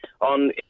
on